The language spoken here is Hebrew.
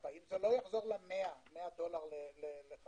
40. זה לא יחזור ל-100 דולר לחבית